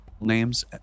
names